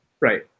Right